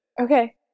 Okay